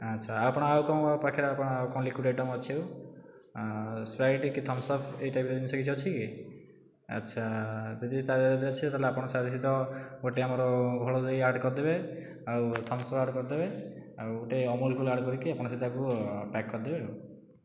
ଆଚ୍ଛା ଆପଣ ଆଉ କ'ଣ କ'ଣ ପାଖରେ ଆଉ କ'ଣ ଲିକ୍ୟୁଇଡ଼୍ ଆଇଟମ୍ ଅଛି ଆଉ ସ୍ପ୍ରାଇଟ୍ କି ଥମ୍ସ୍ଅପ୍ ଏଇ ଟାଇପ୍ର କିଛି ଜିନିଷ ଅଛିକି ଆଚ୍ଛା ଯଦି ଅଛି ତା ସହିତ ଗୋଟିଏ ଆମର ଘୋଳଦହି ଆଡ଼୍ କରିଦେବେ ଆଉ ଥମ୍ସ୍ଅପ୍ ଆଡ଼୍ କରିଦେବେ ଆଉ ଗୋଟିଏ ଅମୁଲ୍ କୂଲ୍ ଆଡ଼୍ କରିକି ଆପଣ ସେଟାକୁ ପ୍ୟାକ୍ କରିଦେବେ